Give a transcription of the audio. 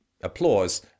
applause